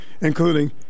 including